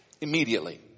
immediately